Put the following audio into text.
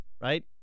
right